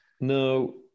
no